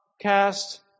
cast